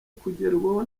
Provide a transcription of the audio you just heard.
kugerwaho